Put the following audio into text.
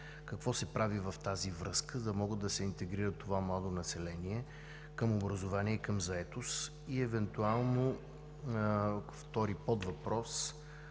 Какво се прави в тази връзка, за да може да се интегрира това младо население към образование и заетост? И евентуално втори подвъпрос: